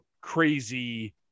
crazy